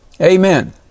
Amen